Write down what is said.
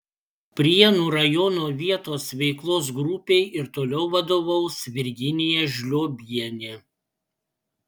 prienų rajono vietos veiklos grupei ir toliau vadovaus virginija žliobienė